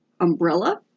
umbrella